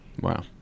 Wow